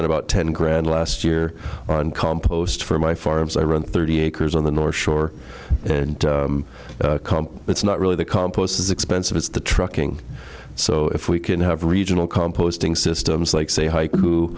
pend about ten grand last year on compost for my farms i run thirty acres on the north shore and it's not really the compost is expensive it's the trucking so if we can have regional composting systems like say h